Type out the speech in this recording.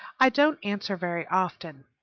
i don't answer very often.